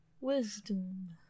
wisdom